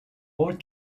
old